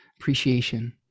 Appreciation